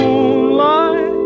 Moonlight